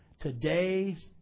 today's